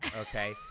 Okay